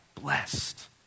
Blessed